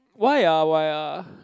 why ah why ah